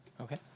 Okay